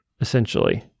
essentially